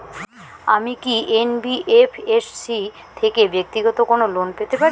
আমি কি এন.বি.এফ.এস.সি থেকে ব্যাক্তিগত কোনো লোন পেতে পারি?